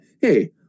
hey